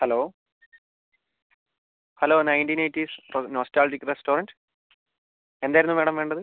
hello hello nineteen eighties nostalgic restaurant എന്തായിരുന്നു madam വേണ്ടത്